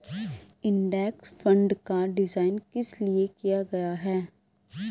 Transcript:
Index fund का design किस लिए किया गया है?